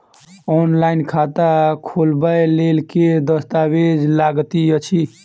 Online खाता खोलबय लेल केँ दस्तावेज लागति अछि?